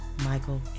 michael